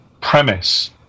premise